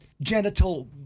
genital